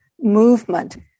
movement